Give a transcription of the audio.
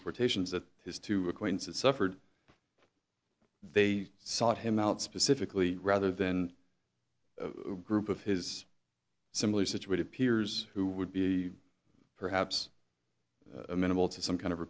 deportations that his two acquaintances suffered they sought him out specifically rather than a group of his similarly situated peers who would be perhaps amenable to some kind of